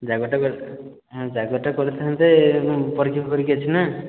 ଜାଗରଟା ଜାଗରଟା କରିଥାନ୍ତେ ପରୀକ୍ଷା ଫରିକ୍ଷା ଅଛି ନା